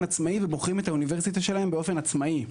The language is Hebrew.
עצמאי ובוחרים את האוניברסיטה שלהם באופן עצמאי.